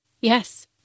yes